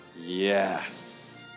yes